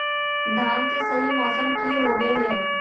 धान के सही मौसम की होवय हैय?